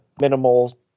minimal